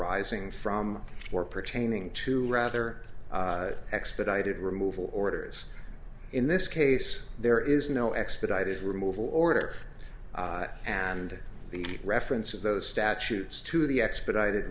arising from or pertaining to rather expedited removal orders in this case there is no expedited removal order and the reference of those statutes to the expedited